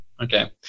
Okay